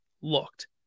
looked